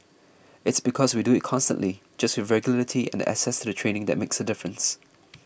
its because we do it constantly just with regularity and the access to the training that makes a difference